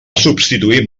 substituir